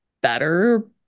better